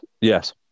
yes